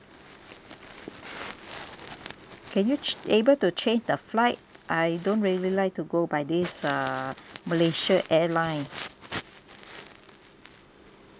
can you ch~ able to change the flight I don't really like to go by this uh malaysia airline